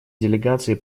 делегации